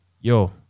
yo